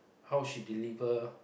how she deliver